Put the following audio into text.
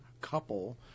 couple